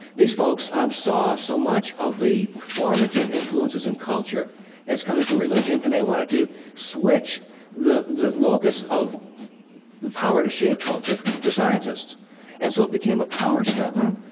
these folks, um, saw so much of the formative influences in culture as coming from religion and they wanted to switch the the locus of the power to shape culture to scientists and so it became a power struggle.